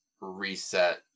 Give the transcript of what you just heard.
reset